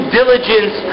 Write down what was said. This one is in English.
diligence